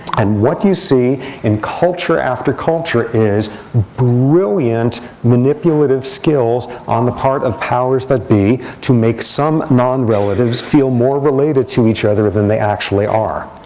and what you see in culture after culture is brilliant manipulative skills on the part of powers that be to make some non-relatives feel more related to each other than they actually are.